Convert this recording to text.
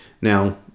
Now